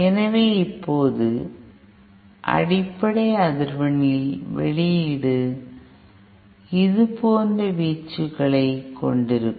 எனவே இப்போது அடிப்படை அதிர்வெண்ணில் வெளியீடு இது போன்ற வீச்சுகளைக் கொண்டிருக்கும்